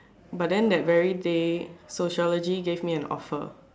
but then that very day sociology give me an offer